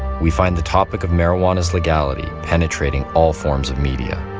we find the topic of marijuana's legality penetrating all forms of media